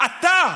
אתה.